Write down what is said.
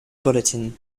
bulletin